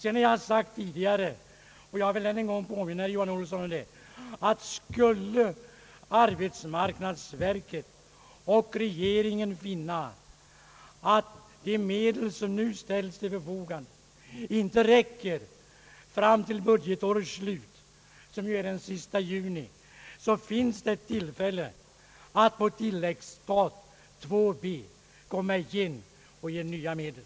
Jag har också tidigare sagt, och jag vill än en gång påminna herr Johan Olsson om det, att skulle arbetsmarknadsverket och regeringen finna, att de medel som nu ställs till förfogande inte räcker till budgetårets slut, alltså den sista juni, så finns det tillfälle att komma igen och på tillägggsstat II B få ytterligare medel.